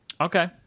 Okay